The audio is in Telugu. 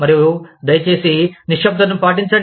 మరియు దయచేసి నిశ్శబ్దతను పాటించండి